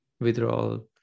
withdrawal